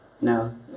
No